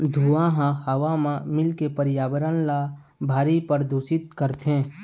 धुंआ ह हवा म मिलके परयाबरन ल भारी परदूसित करथे